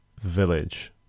village